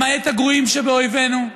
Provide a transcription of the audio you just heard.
למעט הגרועים שבאויבנו,